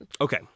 Okay